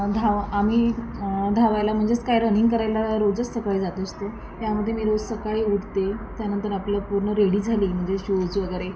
धाव आम्ही धावायला म्हणजेच काय रनिंग करायला रोजच सकाळी जात असतो यामध्ये मी रोज सकाळी उठते त्यानंतर आपलं पूर्ण रेडी झाली म्हणजे शूज वगैरे